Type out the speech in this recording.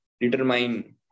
determine